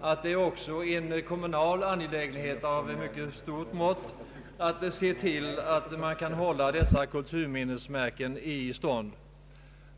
att det också är en kommunal angelägenhet av mycket stort mått att se till att hålla dessa kulturminnesmärken i stånd.